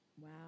Wow